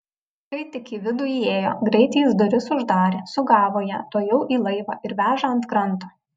kai tik į vidų įėjo greit jis duris uždarė sugavo ją tuojau į laivą ir veža ant kranto